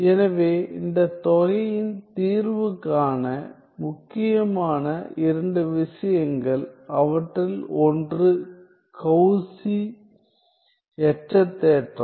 எனவே இந்தத் தொகையின் தீர்வு காண முக்கியமான இரண்டு விஷயங்கள் அவற்றில் ஒன்று கௌசி எச்சத் தேற்றம்